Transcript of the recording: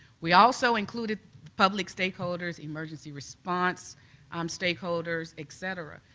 we also included public stakeholders emergency response um stakeholders, etc,